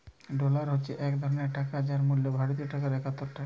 dollar হচ্ছে এক ধরণের টাকা যার মূল্য ভারতীয় টাকায় একাত্তর টাকা